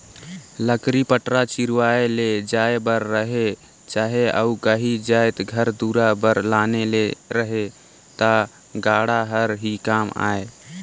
लकरी पटरा चिरवाए ले जाए बर रहें चहे अउ काही जाएत घर दुरा बर लाने ले रहे ता गाड़ा हर ही काम आए